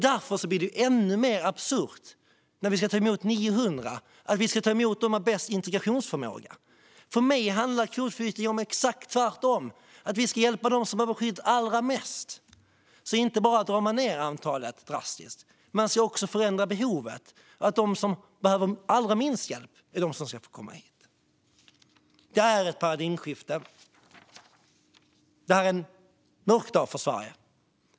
Därför blir det ännu mer absurt när vi ska ta emot 900 att vi ska ta emot dem med bäst integrationsförmåga. För mig handlar kvotflyktingar om exakt det motsatta: Vi ska hjälpa dem som behöver skydd allra mest. Regeringen drar alltså inte bara ned antalet drastiskt, utan man förändrar också behovet så att de som behöver allra minst hjälp ska få komma hit. Det är ett paradigmskifte, och det här är en mörk dag för Sverige.